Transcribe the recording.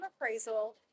appraisal